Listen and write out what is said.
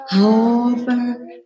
over